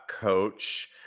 coach